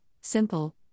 simple